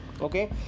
okay